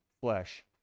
flesh